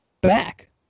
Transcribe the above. back